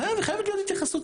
חייבת להיות התייחסות,